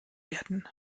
werden